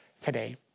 today